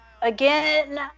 Again